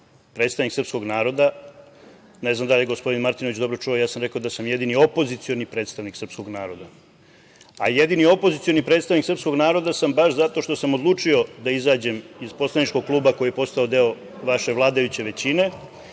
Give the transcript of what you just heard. predstavnik srpskog naroda. Ne znam da li je gospodin Martinović dobro čuo, ja sam rekao da sam ja jedini opozicioni predstavnik srpskog naroda, a jedini opozicioni predstavnik srpskog naroda sam baš zato što sam odlučio da izađem iz poslaničkog kluba koji je postao deo vaše vladajuće većine.